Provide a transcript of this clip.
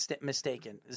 mistaken